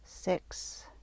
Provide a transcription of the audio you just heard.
Six